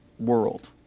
World